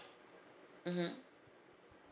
mmhmm